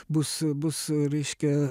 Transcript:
bus bus reiškia